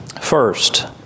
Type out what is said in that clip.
First